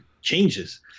changes